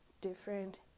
different